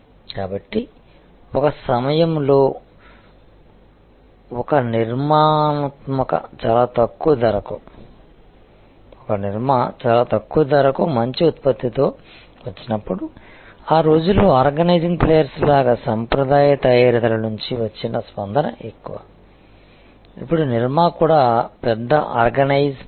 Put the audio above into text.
కాబట్టి ఒక సమయంలో ఒక నిర్మా చాలా తక్కువ ధరకు మంచి ఉత్పత్తితో వచ్చినప్పుడు ఆ రోజుల్లో ఆర్గనైజ్ ప్లేయర్స్ లాగా సాంప్రదాయ తయారీదారుల నుంచి వచ్చిన స్పందన ఎక్కువ ఇప్పుడు నిర్మా కూడా పెద్ద ఆర్గనైజ్ ప్లేయర్